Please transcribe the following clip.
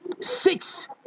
six